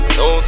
no